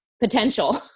potential